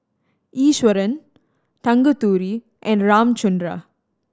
Iswaran Tanguturi and Ramchundra